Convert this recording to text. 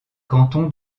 canton